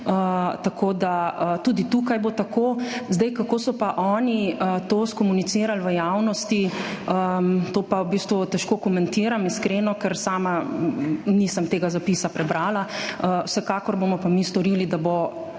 tako da bo tudi tukaj tako. Kako so pa oni to skomunicirali v javnosti, pa v bistvu težko komentiram, iskreno, ker sama tega zapisa nisem prebrala. Vsekakor bomo pa mi storili, da bo